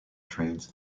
trains